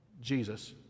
Jesus